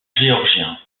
géorgien